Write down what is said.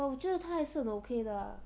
but 我觉得他还是很 okay 的 ah